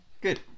Good